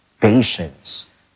patience